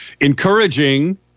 Encouraging